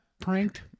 pranked